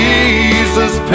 Jesus